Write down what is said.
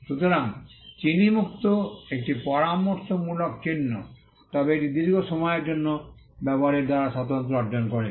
সুতরাং চিনি মুক্ত একটি পরামর্শমূলক চিহ্ন তবে এটি দীর্ঘ সময়ের জন্য ব্যবহারের দ্বারা স্বাতন্ত্র্য অর্জন করেছে